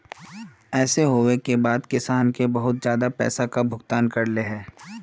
ऐसे होबे के बाद किसान के बहुत ज्यादा पैसा का भुगतान करले है?